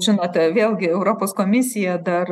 žinote vėlgi europos komisija dar